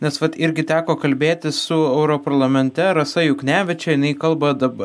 nes vat irgi teko kalbėtis su europarlamente rasa juknevičiene jinai kalba daba